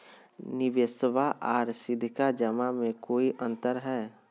निबेसबा आर सीधका जमा मे कोइ अंतर हय?